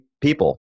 people